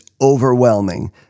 overwhelming